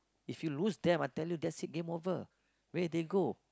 if you lose them I tell you that's game over where they go